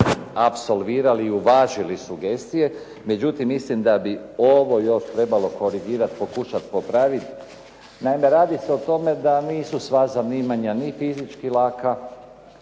apsolvirali i uvažili sugestije. Međutim, mislim da bi ovo još trebalo korigirati, pokušat popravit. Naime, radi se o tome da nisu sva zanimanja ni fizički laka,